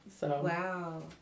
Wow